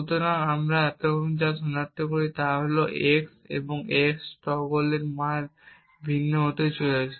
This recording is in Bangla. সুতরাং আমরা যা সনাক্ত করি তা হল x এবং x এর মান ভিন্ন হতে চলেছে